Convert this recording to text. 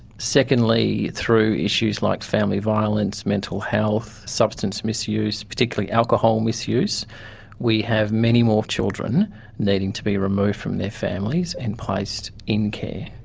secondly, through issues like family violence, mental health, substance misuse particularly alcohol misuse we have many more children needing to be removed from their families and placed in care.